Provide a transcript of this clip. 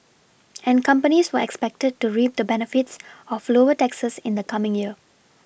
and companies were expected to reap the benefits of lower taxes in the coming year